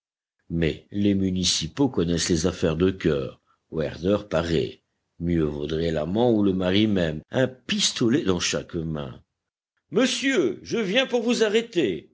mais les municipaux connaissent les affaires de cœur werther paraît mieux vaudrait l'amant ou le mari même un pistolet dans chaque main monsieur je viens pour vous arrêter